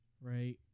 right